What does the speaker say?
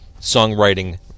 songwriting